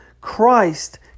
Christ